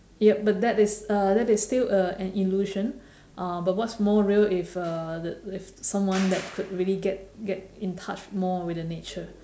yup but that is uh that is still a an illusion uh but what's more real if uh that if someone that could really get get in touch more with the nature